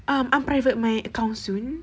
um unprivate my account soon